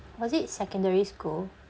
was it secondary school